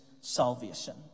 salvation